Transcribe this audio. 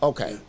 Okay